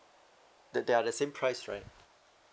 they they are the same price right